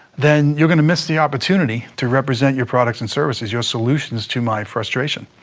then you're going to miss the opportunity to represent your products and services, your solutions to my frustration.